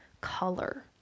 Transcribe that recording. color